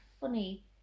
funny